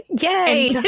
yay